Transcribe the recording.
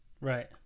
Right